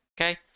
okay